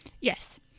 yes